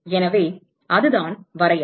எனவே அதுதான் வரையறை